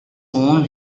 won